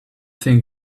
think